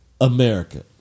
America